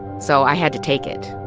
so i had to take it